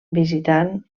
visitant